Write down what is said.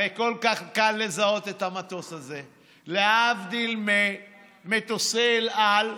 הרי כל כך קל לזהות את המטוס הזה: להבדיל ממטוסי אל על,